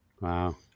Wow